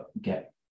get